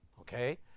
okay